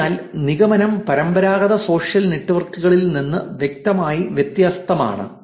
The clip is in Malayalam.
അതിനാൽ നിഗമനം പരമ്പരാഗത സോഷ്യൽ നെറ്റ്വർക്കുകളിൽ നിന്ന് വ്യക്തമായി വ്യത്യസ്തമാണ്